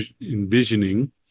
envisioning